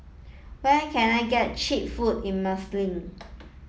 where can I get cheap food in Minsk